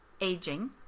aging